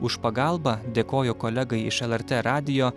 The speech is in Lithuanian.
už pagalbą dėkoju kolegai iš lrt radijo